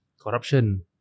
Corruption